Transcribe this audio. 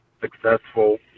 successful